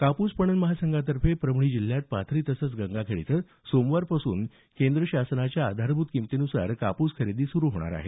कापूस पणन महासंघातर्फे परभणी जिल्ह्यात पाथरी तसंच गंगाखेड इथं सोमवारपासून केंद्र शासनाच्या आधारभूत किमतीनुसार कापूस खरेदी सुरू होणार आहे